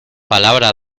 palabra